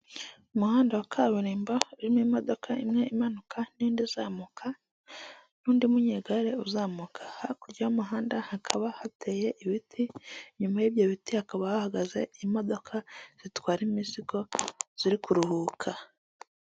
Umuhanda wa kaburimbo urimo imodoka imwe imanuka n'indi izamuka n'undi munyegare uzamuka, hakurya y'umuhanda hakaba hateye ibiti, inyuma y'ibyo biti hakaba hahagaze imodoka zitwara imizigo ziri kuruhuka.